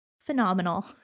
phenomenal